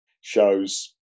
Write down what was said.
shows